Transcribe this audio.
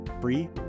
free